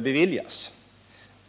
beviljas.